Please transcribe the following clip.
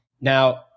Now